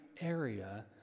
area